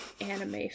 anime